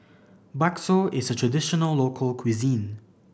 Bakso is a traditional local cuisine